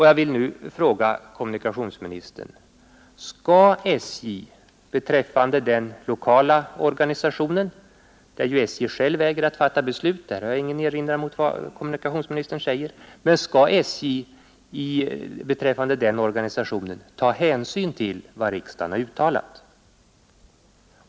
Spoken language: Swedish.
Jag vill nu fråga kommunikationsministern: Skall SJ beträffande den lokala organisationen, där ju SJ själv äger att fatta besluten — därvidlag har jag ingen erinran mot vad kommunikationsministern säger — ta hänsyn till vad riksdagen har uttalat?